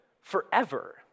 forever